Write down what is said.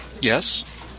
yes